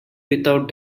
without